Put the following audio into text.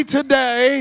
today